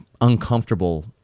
uncomfortable